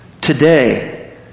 Today